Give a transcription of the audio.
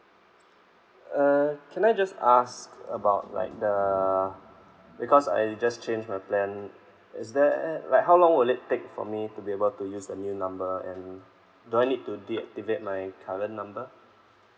uh can I just ask about like the because I just change my plan is there a~ like how long will it take for me to be able to use the new number and do I need to deactivate my current number